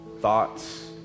thoughts